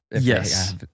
Yes